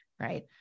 right